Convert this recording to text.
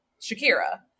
Shakira